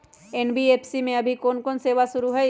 NBFC में अभी कोन कोन सेवा शुरु हई?